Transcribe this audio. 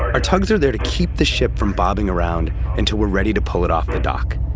our tugs are there to keep the ship from bobbing around until we're ready to pull it off the dock.